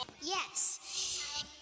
Yes